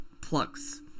plugs